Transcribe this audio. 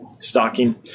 stocking